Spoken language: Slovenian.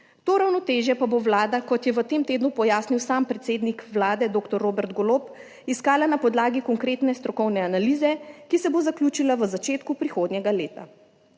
To ravnotežje pa bo Vlada, kot je v tem tednu pojasnil sam predsednik vlade dr. Robert Golob, iskala na podlagi konkretne strokovne analize, ki se bo zaključila v začetku prihodnjega leta.